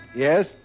Yes